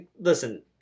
Listen